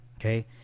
Okay